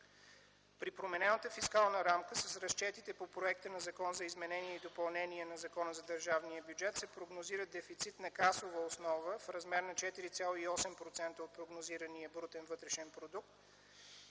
При променената фискална рамка с разчетите по проекта на Закон за изменение и допълнение на Закона за държавния бюджет се прогнозира дефицит на касова основа в размер на 4,8% от прогнозирания брутен вътрешен продукт